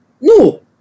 No